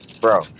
Bro